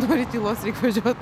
nori tylos reiks važiuot